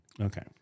Okay